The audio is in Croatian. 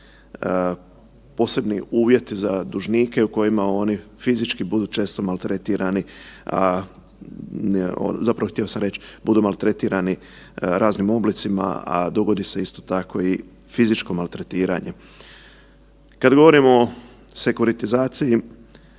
posebni uvjeti za dužnike u kojima oni fizički budu često maltretirani, zapravo htio sam reći, budu maltretirani raznim oblicima, a dogodi se isto tako i fizičko maltretiranje. Kad govorimo o sekuritizaciji,